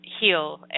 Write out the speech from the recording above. heal